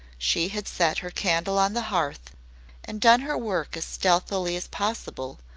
she had set her candle on the hearth and done her work as stealthily as possible,